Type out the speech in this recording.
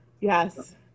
yes